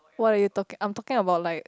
why are you talking I'm talking about light